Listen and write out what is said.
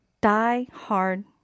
die-hard